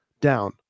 down